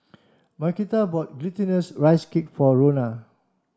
Marquita bought glutinous rice cake for Ronna